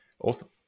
Awesome